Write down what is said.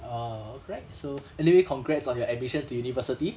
err correct so anyway congrats on your admission to university